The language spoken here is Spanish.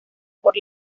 por